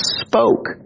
spoke